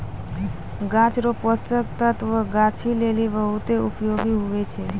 गाछ रो पोषक तत्व गाछी लेली बहुत उपयोगी हुवै छै